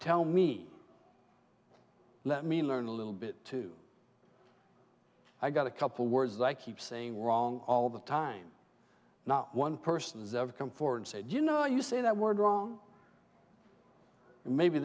tell me let me learn a little bit too i got a couple words i keep saying wrong all the time not one person has ever come forward and said you know you say that word wrong and maybe